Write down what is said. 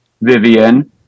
Vivian